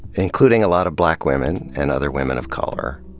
including a lot of black women and other women of color.